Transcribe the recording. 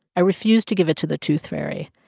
i refused to give it to the tooth fairy.